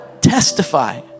testify